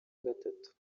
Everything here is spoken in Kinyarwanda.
gatatu